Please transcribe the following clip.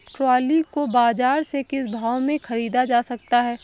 Trolley को बाजार से किस भाव में ख़रीदा जा सकता है?